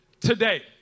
today